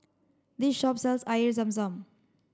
this shop sells Air Zam Zam